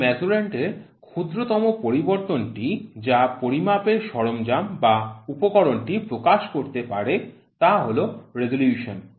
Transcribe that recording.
কোন মেজার্যান্ড এর ক্ষুদ্রতম পরিবর্তনটি যা পরিমাপ এর সরঞ্জাম বা উপকরণটি প্রকাশ করতে পারে তা হল রেজোলিউশন